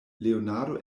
leonardo